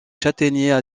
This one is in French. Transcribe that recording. châtaigniers